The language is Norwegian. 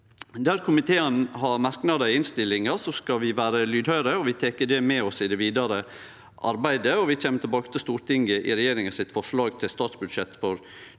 komiteen har merknadar i innstillinga, skal vi vere lydhøyre. Vi tek det med oss i det vidare arbeidet, og vi kjem tilbake til Stortinget i regjeringa sitt forslag til statsbudsjett for